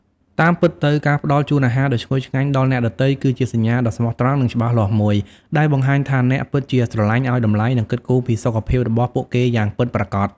តាមពិតទៅ ការផ្តល់ជូនអាហារដ៏ឈ្ងុយឆ្ងាញ់ដល់អ្នកដទៃគឺជាសញ្ញាដ៏ស្មោះត្រង់និងច្បាស់លាស់មួយដែលបង្ហាញថាអ្នកពិតជាស្រឡាញ់ ឲ្យតម្លៃ និងគិតគូរពីសុខភាពរបស់ពួកគេយ៉ាងពិតប្រាកដ។